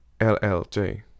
LLJ